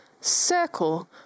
circle